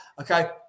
Okay